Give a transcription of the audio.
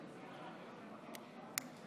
הצעת חוק דוד בן-גוריון (תיקון, ביטול הוראת שעה),